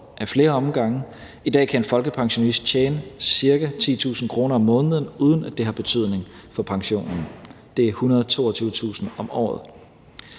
ad flere omgange. I dag kan en folkepensionist tjene ca. 10.000 kr. om måneden, uden at det har betydning for pensionen. Det er 122.000 kr. om året.